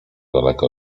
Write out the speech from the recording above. daleko